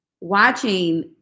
watching